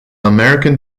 american